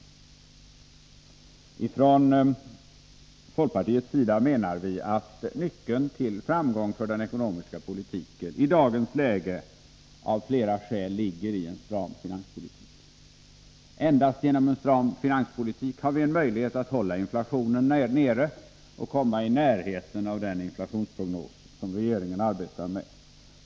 Vi från folkpartiet menar att nyckeln till framgång för den ekonomiska politiken i dagens läge av flera skäl ligger i en stram finanspolitik. Endast genom en sådan politik har vi möjlighet att hålla inflationen nere och komma i närheten av den inflationsprognos som regeringen arbetar med.